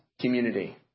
community